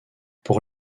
pour